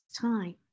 time